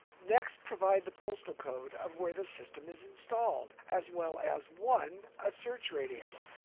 next provide the postal code of where the system is installed as well as one a search radius,